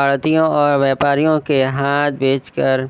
آڑھتیوں اور بیوپاریوں کے ہاتھ بیچ کر